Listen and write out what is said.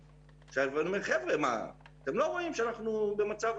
שמטפל בנושאים האלה כמות הפניות שאנחנו מקבלים לא